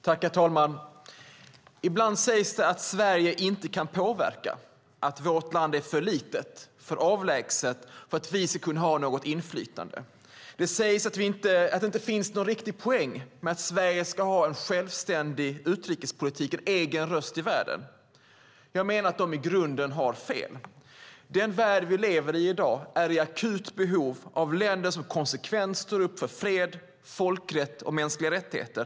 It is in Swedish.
Herr talman! Ibland sägs det att Sverige inte kan påverka - att vårt land är för litet och för avlägset för att vi ska kunna ha något inflytande. Det sägs att det inte finns någon poäng med att Sverige ska ha en självständig utrikespolitik och egen röst i världen. Jag menar att de som säger så i grunden har fel. Den värld vi i dag lever i är i akut behov av länder som konsekvent står upp för fred, folkrätt och mänskliga rättigheter.